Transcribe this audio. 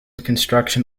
construction